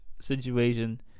situation